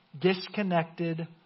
disconnected